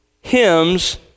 hymns